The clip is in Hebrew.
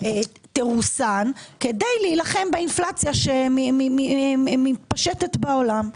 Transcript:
תרוסן כדי להילחם באינפלציה שמתפשטת בעולם.